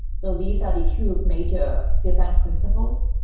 so these are the two major design principles.